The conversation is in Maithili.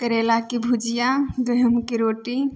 करैलाके भुजिआ गहूमके रोटी